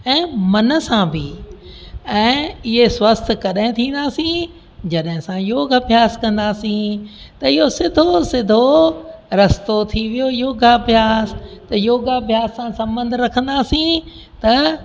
ऐं मन सां बि ऐं इहे स्वस्थ कॾहिं थींदासीं जॾहिं असां योगु अभ्यास कंदासीं त इहो सिधो सिधो रस्तो थी वियो योगु अभ्यास त योगु अभ्यास सां संॿंध रखंदासीं त